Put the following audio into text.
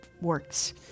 works